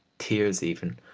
tears even,